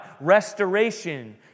Restoration